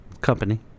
Company